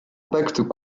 impact